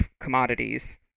commodities